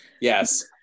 Yes